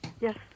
Yes